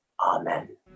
amen